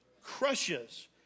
Crushes